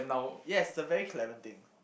yes it's a very Clement thing